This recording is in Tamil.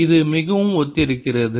இது மிகவும் ஒத்திருக்கிறது